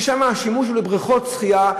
ששם השימוש לבריכות שחייה,